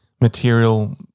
material